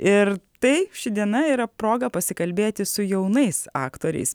ir tai ši diena yra proga pasikalbėti su jaunais aktoriais